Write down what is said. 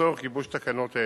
לצורך גיבוש תקנות אלה.